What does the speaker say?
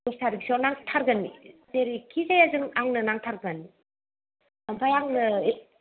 दस थारिकसोआ नांथारगोन जेरैखि जाया जों आंनो नांथारगोन ओमफ्राय आंनो